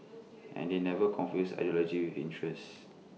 and they never confused ideology interest